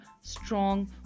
strong